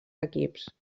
equips